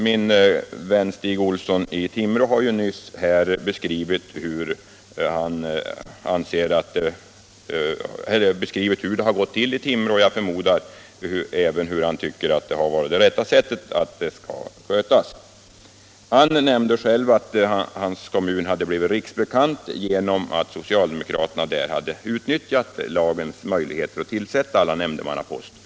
Min vän Stig Olsson i Timrå har ju nyss här beskrivit hur det har gått till i Timrå. Jag förmodar att han menar att det har varit det rätta sättet. Han nämnde själv att Timrå blivit riksbekant genom att socialdemokraterna där utnyttjat lagens möjligheter att tillsätta alla nämndemannaposter.